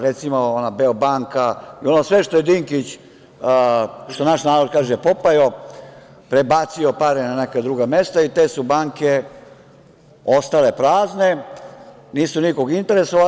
Recimo, ona "Beo banka" i ono sve što je Dinkić, što naš narod kaže, popajo, prebacio pare na neka druga mesta i te su banke ostale prazne, nisu nikog interesovale.